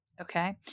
okay